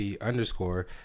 underscore